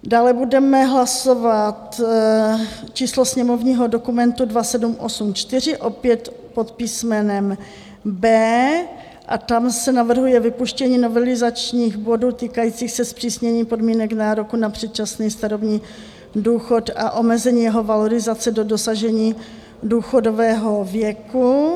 Dále budeme hlasovat číslo sněmovního dokumentu 2784 opět pod písmenem B. A tam se navrhuje vypuštění novelizačních bodů týkajících se zpřísnění podmínek nároku na předčasný starobní důchod a omezení jeho valorizace do dosažení důchodového věku.